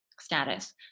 status